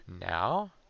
Now